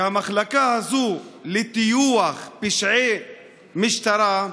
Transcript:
והמחלקה הזו לטיוח פשעי משטרה,